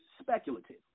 speculative